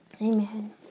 Amen